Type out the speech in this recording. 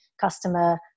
customer